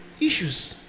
Issues